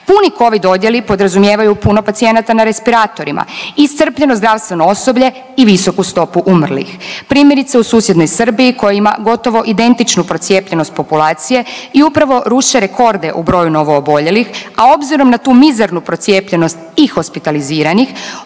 Puni Covid odjeli podrazumijevaju puno pacijenata na respiratorima, iscrpljeno zdravstveno osoblje i visoku stopu umrlih. Primjerice u susjednoj Srbiji koja ima gotovo identičnu procijepljenost populacije i upravo ruše rekorde u broju novooboljelih, a obzirom na tu mizernu procijepljenost i hospitaliziranih